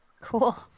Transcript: Cool